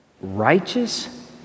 Righteous